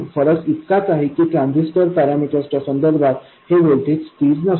फरक इतकाच आहे की ट्रान्झिस्टर पॅरामीटर्स च्या संदर्भात हे व्होल्टेज स्थिर नसते